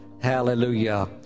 Hallelujah